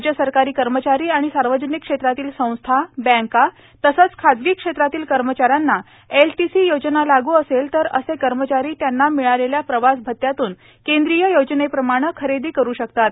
राज्य सरकारी कर्मचारी आणि सार्यजनिक क्षेत्रातील संस्था बँका तसेच खासगी क्षेत्रातील कर्मचाऱ्यांना एलटीसी योजना लागू असेल तर असे कर्मचारी त्यांना मिळालेल्या प्रवास भत्त्यातून केंद्रीय योजनेप्रमाणे खरेदी करू शकतात